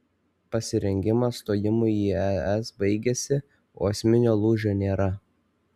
pasirengimas stojimui į es baigėsi o esminio lūžio nėra